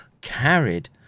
carried